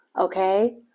Okay